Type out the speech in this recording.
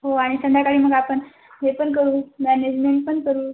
हो आणि संध्याकाळी मग आपण हे पण करू मॅनेजमेंट पण करू